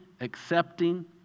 accepting